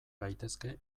gaitezke